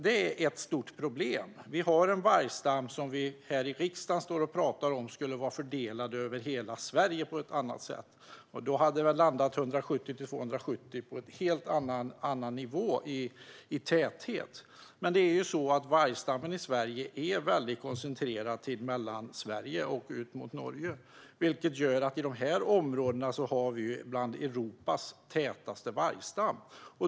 Detta är ett stort problem. Vi står här i riksdagen och pratar om att den vargstam som vi har skulle vara fördelad över hela Sverige på ett annat sätt. Då hade de 170-270 vargarna landat på en helt annan nivå i täthet. Vargstammen i Sverige är dock väldigt koncentrerad till Mellansverige och mot Norge, vilket gör att vargstammen i dessa områden är bland Europas tätaste.